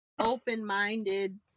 open-minded